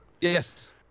Yes